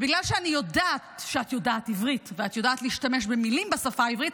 בגלל שאני יודעת שאת יודעת עברית ואת יודעת להשתמש במילים בשפה העברית,